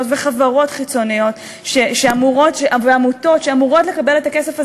וחברות חיצוניות ועמותות שאמורות לקבל את הכסף הזה,